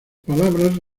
palabras